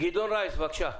גדעון רייס, בבקשה.